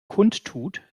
kundtut